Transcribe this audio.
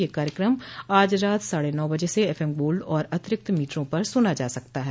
यह कार्यक्रम आज रात साढे नौ बजे से एफएम गोल्ड और अतिरिक्त मीटरों पर सुना जा सकता है